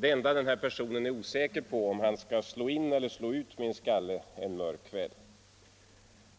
Det enda den här personen är osäker på är om han skall slå in eller slå ut min skalle en mörk kväll.